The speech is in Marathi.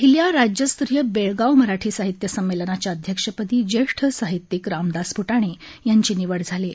पहिल्या राज्यस्तरीय बेळगाव मराठी साहित्य संमेलनाच्या अध्यक्षपदी ज्येष्ठ साहित्यिक रामदास फ्टाणे यांची निवड झाली आहे